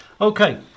Okay